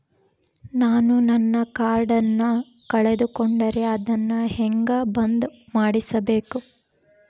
ನಾನು ನನ್ನ ಕಾರ್ಡನ್ನ ಕಳೆದುಕೊಂಡರೆ ಅದನ್ನ ಹೆಂಗ ಬಂದ್ ಮಾಡಿಸಬೇಕು?